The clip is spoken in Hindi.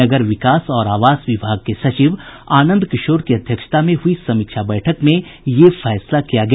नगर विकास और आवास विभाग के सचिव आनंद किशोर की अध्यक्षता में हुई समीक्षा बैठक में यह फैसला किया गया